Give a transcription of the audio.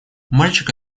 мальчик